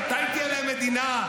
מתי תהיה להם מדינה.